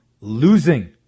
losing